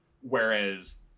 Whereas